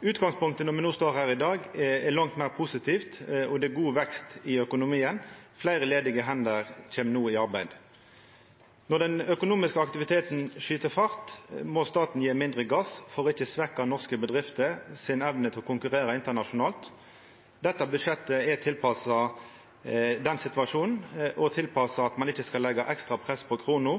Utgangspunktet når me står her i dag, er langt meir positivt, og det er god vekst i økonomien. Fleire ledige hender kjem no i arbeid. Når den økonomiske aktiviteten skyt fart, må staten gje mindre gass for ikkje å svekkja norske bedrifter si evne til å konkurrera internasjonalt. Dette budsjettet er tilpassa den situasjonen og tilpassa at ein ikkje skal leggja ekstra press på krona,